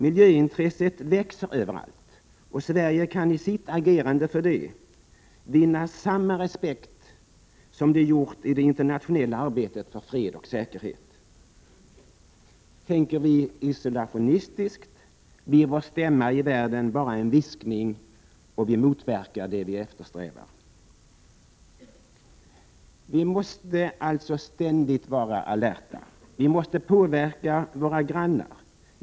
Miljöintresset växer överallt, och Sverige kan i sitt agerande för det vinna samma respekt som man gjort i det internationella arbetet för fred och säkerhet. Tänker vi isolationistiskt blir vår stämma i världen bara en viskning, och vi motverkar det vi eftersträvar. Vi måste alltså ständigt vara alerta — vi måste påverka våra grannar.